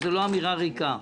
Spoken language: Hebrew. זו לא אמירה ריקה.